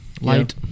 Light